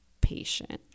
patient